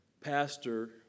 pastor